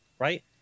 right